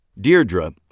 Deirdre